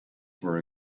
were